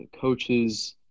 coaches